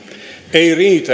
ei riitä